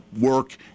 work